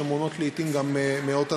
כי לעתים הן מונות גם מאות אנשים,